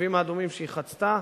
בקווים האדומים שהיא חצתה,